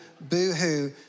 boo-hoo